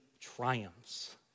triumphs